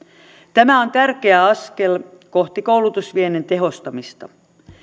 tämä on tärkeä askel kohti koulutusviennin tehostamista